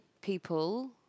people